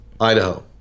Idaho